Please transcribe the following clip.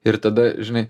ir tada žinai